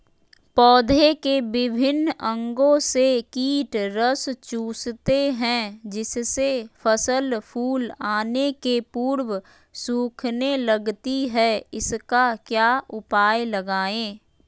पौधे के विभिन्न अंगों से कीट रस चूसते हैं जिससे फसल फूल आने के पूर्व सूखने लगती है इसका क्या उपाय लगाएं?